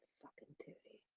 fuckin' tootie.